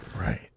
Right